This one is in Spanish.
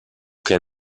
que